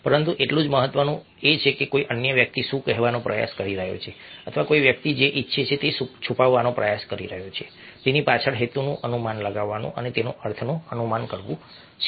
પરંતુ એટલું જ મહત્વનું છે કે કોઈ અન્ય વ્યક્તિ શું કહેવાનો પ્રયાસ કરી રહ્યો છે અથવા કોઈ વ્યક્તિ જે ઇચ્છે છે તે છુપાવવાનો પ્રયાસ કરી રહ્યો છે તેના પાછળના હેતુનું અનુમાન લગાવવું તેના અર્થનું અનુમાન કરવું છે